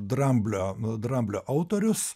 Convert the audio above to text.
dramblio dramblio autorius